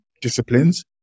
disciplines